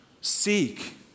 seek